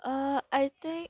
err I think